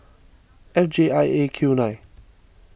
F J I A Q nine